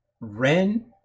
Ren